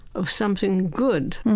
of something good.